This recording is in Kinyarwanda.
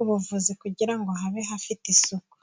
ubuvuzi, kugira ngo habe hafite isuku.